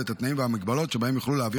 ואת התנאים והמגבלות שבהם יוכלו להעביר